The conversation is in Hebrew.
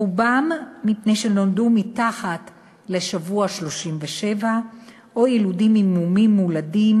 רובם מפני שנולדו לפני השבוע ה-37 או שנולדו עם מומים מולדים